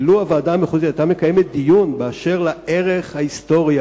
כי לו קיימה הוועדה המחוזית דיון באשר לערך ההיסטורי,